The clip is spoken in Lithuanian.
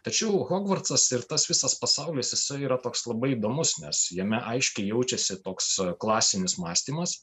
tačiau hogvartsas ir tas visas pasaulis jisai yra toks labai įdomus nes jame aiškiai jaučiasi toks klasinis mąstymas